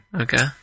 Okay